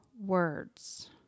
words